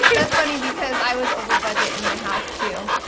that's funny, because i was over budget in my house, too,